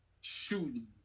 shooting